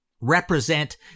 represent